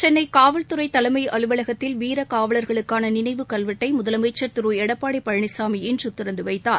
சென்னைகாவல்துறைதலைம்அலுவலகத்தில் வீரகாவலர்களுக்கானநினைவு கல்வெட்டை முதலமைச்சர் திருஎடப்பாடிபழனிசாமி இன்றதிறந்துவைத்தார்